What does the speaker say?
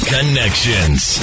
Connections